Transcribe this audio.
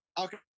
Okay